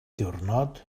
diwrnod